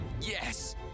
yes